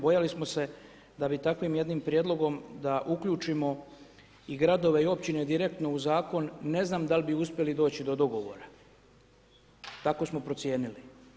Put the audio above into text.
Bojali smo se da bi takvim jednim prijedlogom, da uključimo i gradove i općine direktno u zakon, ne znam, da li bi uspjeli doći do dogovora, tako smo procijenili.